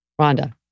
Rhonda